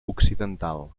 occidental